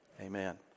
Amen